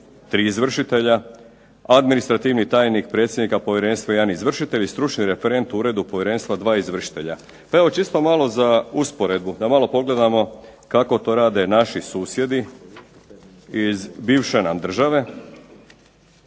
izvršitelja, administrativni tajnik predsjednika Povjerenstva jedan izvršitelj i stručni referent u Uredu Povjerenstva dva izvršitelja. Čisto malo za usporedbu da malo pogledamo kako to rade naši susjedi iz bivše nam države.